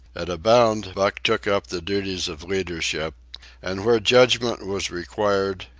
at a bound buck took up the duties of leadership and where judgment was required,